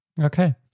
Okay